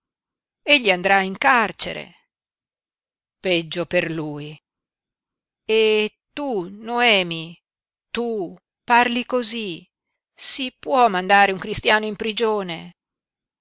egli andrà in carcere peggio per lui e tu noemi tu parli cosí si può mandare un cristiano in prigione